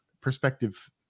perspective